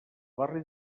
barri